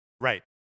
Right